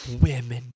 women